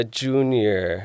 junior